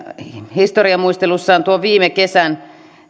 historiamuistelussaan myös viime kesän